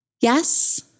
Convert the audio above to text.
Yes